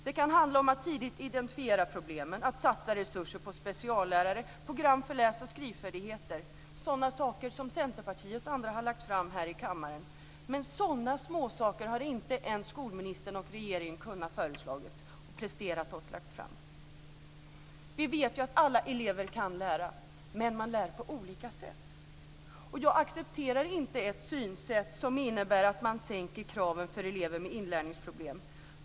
Det kan handla om att tidigt identifiera problemen, satsa resurser på speciallärare, på program för läs och skrivfärdigheter. Sådana saker har Centerpartiet m.fl. lagt fram förslag om här i kammaren, men inte ens sådana småsaker har skolministern och regeringen kunnat prestera. Vi vet att alla elever kan lära, men att man lär på olika sätt. Jag accepterar inte ett synsätt som innebär att man sänker kraven för elever med inlärningsproblem.